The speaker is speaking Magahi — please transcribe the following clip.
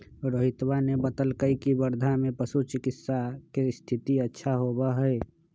रोहितवा ने बतल कई की वर्धा में पशु चिकित्सा के स्थिति अच्छा होबा हई